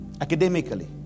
academically